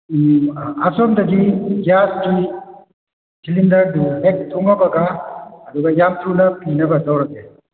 ꯑꯁꯣꯝꯗꯗꯤ ꯒ꯭ꯌꯥꯁꯀꯤ ꯁꯤꯂꯤꯟꯗꯔꯗꯨ ꯍꯦꯛ ꯊꯨꯉꯕꯒ ꯑꯗꯨꯒ ꯌꯥꯝ ꯊꯨꯅ ꯄꯤꯅꯕ ꯇꯧꯔꯛꯀꯦ